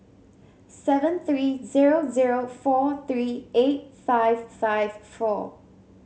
seven three zero zero four three eight five five four